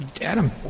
Adam